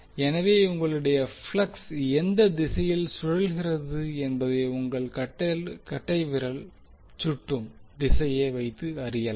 எனவே உங்களுடைய ப்ளக்ஸ் எந்த திசையில் சுழல்கிறது என்பதை உங்கள் கட்டைவிரல் சுட்டும் திசையை வைத்து அறியலாம்